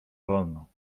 wolno